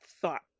thought